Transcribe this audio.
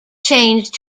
changed